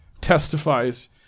testifies